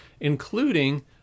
including